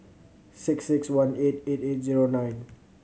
six six one eight eight eight zero nine